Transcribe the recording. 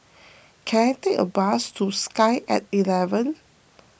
can I take a bus to Sky at eleven